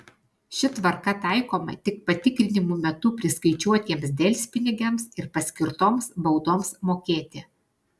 ši tvarka taikoma tik patikrinimų metu priskaičiuotiems delspinigiams ir paskirtoms baudoms mokėti